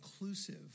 inclusive